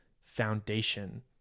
foundation